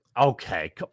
Okay